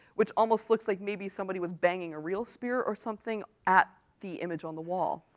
which almost looks like maybe somebody was banging a real spear or something at the image on the wall.